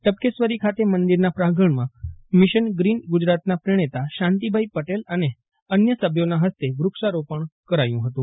ટપકેશ્વરી ખાતે મંદિરનાં પ્રાંગણમાં મિશન ગ્રીન ગુજરાતના પ્રણેતા શાંતિભાઈ પટેલ અને અન્ય સભ્યોના ફસ્તે વુક્ષારોપણ કરાયું ફતું